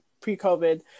pre-COVID